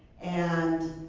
and,